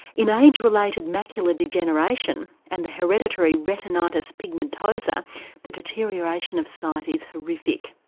in age related macular degeneration and the hereditary retinitis pigmentosa the deterioration of sight is horrific.